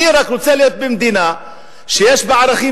אני רק רוצה להיות במדינה שיש בה ערכים